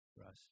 Russ